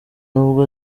nubwo